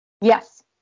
Yes